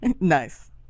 Nice